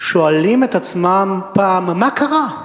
שואלים את עצמם פעם אחת מה קרה?